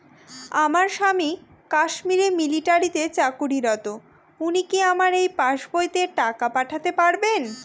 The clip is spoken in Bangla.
আমার স্বামী কাশ্মীরে মিলিটারিতে চাকুরিরত উনি কি আমার এই পাসবইতে টাকা পাঠাতে পারবেন?